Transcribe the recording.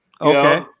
Okay